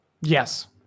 yes